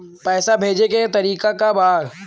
पैसा भेजे के तरीका का बा?